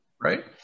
Right